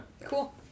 Cool